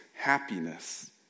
Happiness